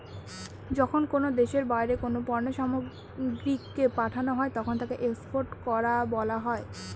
যখন কোনো দেশের বাইরে কোনো পণ্য সামগ্রীকে পাঠানো হয় তাকে এক্সপোর্ট করা বলা হয়